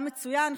היה מצוין,